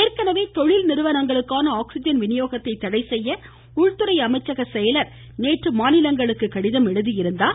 ஏற்கனவே தொழில் நிறுவனங்களுக்கான ஆக்ஸிஜன் விநியோகத்தை தடை செய்ய உள்துறை அமைச்சக செயலர் நேற்று மாநிலங்களுக்கு கடிதம் எழுதியிருந்தார்